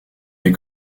les